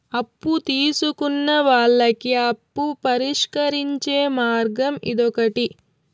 అప్పు తీసుకున్న వాళ్ళకి అప్పు పరిష్కరించే మార్గం ఇదొకటి